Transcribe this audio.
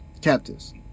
captives